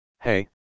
Hey